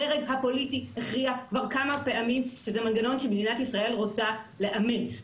הדרג הפוליטי הכריע כבר פעמים שזה מנגנון שמדינת ישראל רוצה לאמץ,